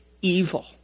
evil